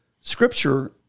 scripture